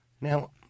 Now